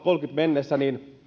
mennessä